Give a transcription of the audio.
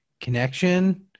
connection